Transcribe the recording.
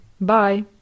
Bye